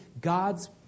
God's